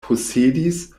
posedis